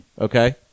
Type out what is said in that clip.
Okay